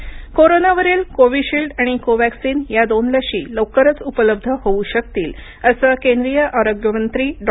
हर्ष वर्धन कोरोनावरील कोविशिल्ड आणि कोवॅक्सीन या दोन लशी लवकरच उपलब्ध होऊ शकतील असं केंद्रीय आरोग्य मंत्री डॉ